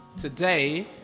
Today